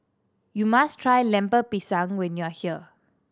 you must try Lemper Pisang when you are here